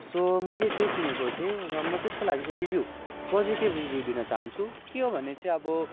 so मैले त्यो किनेको थिएँ र म त्यसको लागि चाहिँ रिभ्यू पोजिटिभ रिभ्यू दिन चाहन्छु के हो भने चाहिँ अब